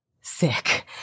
sick